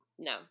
No